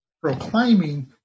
proclaiming